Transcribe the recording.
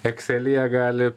ekselyje gali